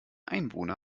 einwohner